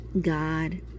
God